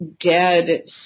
dead